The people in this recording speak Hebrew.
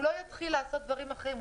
הוא לא יתחיל לעשות דברים אחרים,